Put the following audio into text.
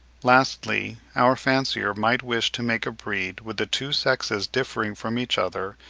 lastly, our fancier might wish to make a breed with the two sexes differing from each other,